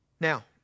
Now